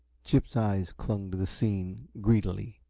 chip's eyes clung to the scene greedily.